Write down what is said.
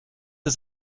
ist